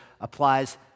applies